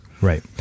Right